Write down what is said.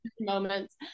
moments